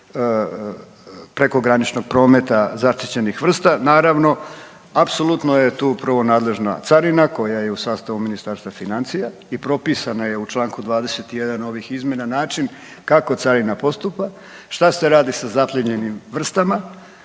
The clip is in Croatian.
prekograničnog prometa zaštićenih vrsta. Naravno apsolutno je tu prvo nadležna carina koja je u sastavu Ministarstva financija i propisana je u članku 21. ovih izmjena način kako carina postupa, šta se radi sa zaplijenjenim vrstama,